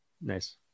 Nice